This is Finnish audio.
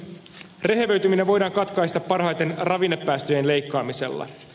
rehevöityminen voidaan katkaista parhaiten ravinnepäästöjen leikkaamisella